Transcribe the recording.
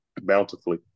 bountifully